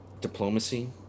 Diplomacy